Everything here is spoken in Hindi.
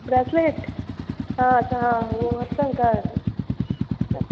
ब्रेसलेट हाँ अच्छा हाँ हो वह